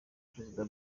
perezida